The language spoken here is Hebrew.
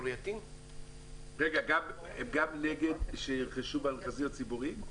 גם נגד שירכשו במכרזים הציבוריים?